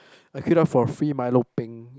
I queued up for a free milo peng